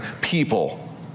people